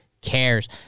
cares